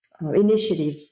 initiative